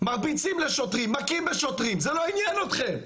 מרביצים להם, זה לא עניין אתכם.